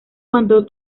mando